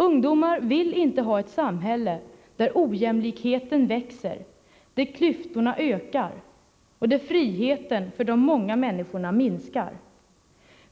Ungdomar vill inte ha ett samhälle — där ojämlikheten växer, — där klyftorna ökar, — där friheten för de många människorna minskar.